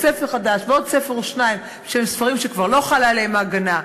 ספר חדש ועוד ספר או שניים שהם ספרים שכבר לא חלה עליהם ההגנה.